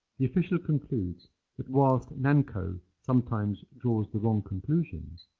the official concludes that whilst nanco sometimes draws the wrong conclusions,